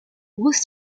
bruce